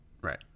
Right